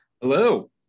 Hello